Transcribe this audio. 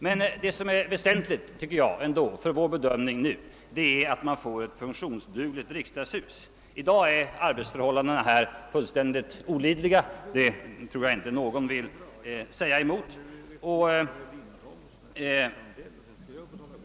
Men vad som nu ändå måste vara väsentligt för vår bedömning är att vi får ett funktionsdugligt riksdagshus. I dag är arbetsförhållandena här fullständigt olidliga. Det tror jag inte någon vill bestrida.